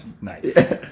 Nice